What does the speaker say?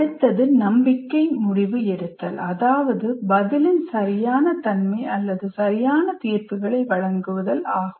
அடுத்தது நம்பிக்கை முடிவு எடுத்தல் அதாவது பதிலின் சரியான தன்மை அல்லது சரியான தீர்ப்புகளை வழங்குதல் ஆகும்